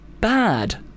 Bad